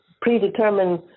predetermined